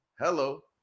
Hello